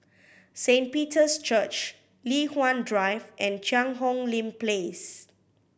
Saint Peter's Church Li Hwan Drive and Cheang Hong Lim Place